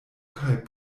kaj